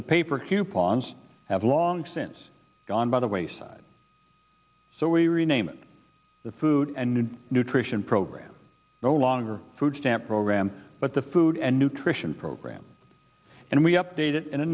the paper coupons have long since gone by the wayside so we rename it the food and nutrition program no longer food stamp program but the food and nutrition program and we update it in a